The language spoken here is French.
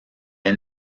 est